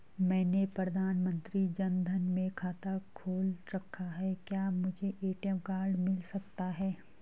मैंने प्रधानमंत्री जन धन में खाता खोल रखा है क्या मुझे ए.टी.एम कार्ड मिल सकता है?